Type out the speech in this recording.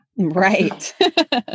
Right